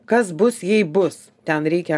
kas bus jei bus ten reikia